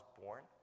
born